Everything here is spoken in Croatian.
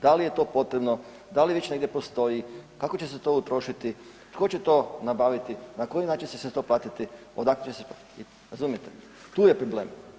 Da li je to potrebno, da li već negdje postoji, kako će se to utrošiti, tko će to nabaviti, na koji način će se to platiti, odakle će se, razumijete, tu je problem.